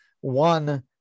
one